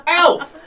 elf